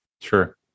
Sure